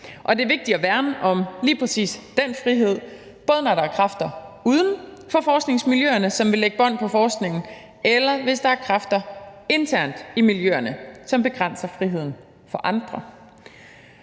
Og det er vigtigt at værne om lige præcis den frihed, både når der er kræfter uden for forskningsmiljøerne, som vil lægge bånd på forskningen, og når der er kræfter internt i miljøerne, som begrænser friheden for andre.